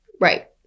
Right